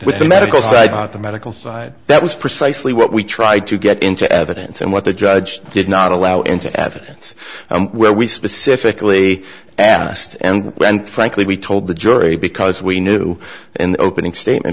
with the medical side not the medical side that was precisely what we tried to get into evidence and what the judge did not allow into evidence where we specifically asked and frankly we told the jury because we knew in the opening statement